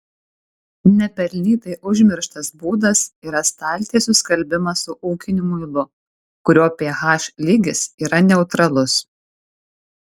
nepelnytai užmirštas būdas yra staltiesių skalbimas su ūkiniu muilu kurio ph lygis yra neutralus